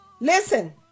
Listen